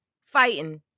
Fighting